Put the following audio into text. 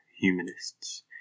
humanists